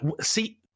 See